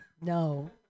No